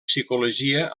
psicologia